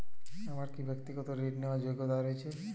আমার কী ব্যাক্তিগত ঋণ নেওয়ার যোগ্যতা রয়েছে?